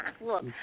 Look